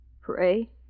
Pray